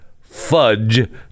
fudge